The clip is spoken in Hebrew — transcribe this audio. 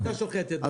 המשחטה שוחטת,